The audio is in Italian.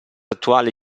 attuale